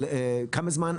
אבל עכשיו,